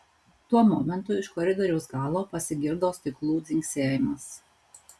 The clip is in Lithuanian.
tuo momentu iš koridoriaus galo pasigirdo stiklų dzingsėjimas